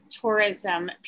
tourism